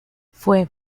fue